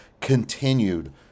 continued